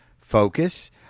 focus